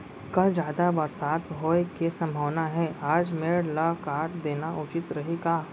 कल जादा बरसात होये के सम्भावना हे, आज मेड़ ल काट देना उचित रही का?